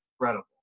incredible